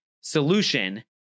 Solution